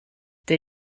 der